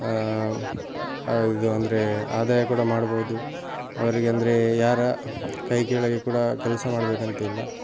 ಇದು ಅಂದರೆ ಆದಾಯ ಕೂಡ ಮಾಡ್ಬೋದು ಅವ್ರಿಗಂದ್ರೆ ಯಾರ ಕೈ ಕೆಳಗೆ ಕೂಡ ಕೆಲಸ ಮಾಡಬೇಕಂತಿಲ್ಲ